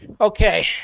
Okay